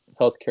healthcare